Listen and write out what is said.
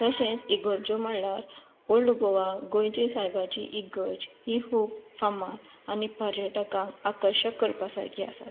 तशेंच इगर्जो म्हणल्यार ओल्ड गोवा गोंयचे सायबाची इगर्ज ही खूप फामाद आनी पर्यटकांक आकर्शक करपा सारखी आसात